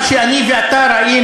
מה שאני ואתה ראינו,